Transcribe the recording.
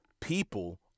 People